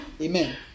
Amen